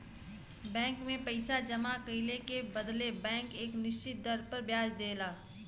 bank में पइसा जमा कइले के बदले बैंक एक निश्चित दर पर ब्याज देला